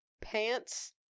pants